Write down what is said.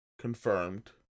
confirmed